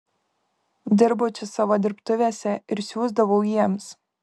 dirbau čia savo dirbtuvėse ir siųsdavau jiems